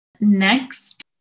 Next